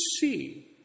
see